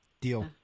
Deal